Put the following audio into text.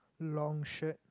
long shirt